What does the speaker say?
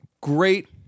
Great